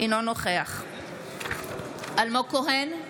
אינו נוכח אלמוג כהן,